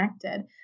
connected